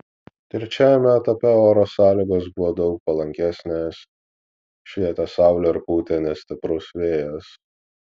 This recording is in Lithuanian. trečiajame etape oro sąlygos buvo daug palankesnės švietė saulė ir pūtė nestiprus vėjas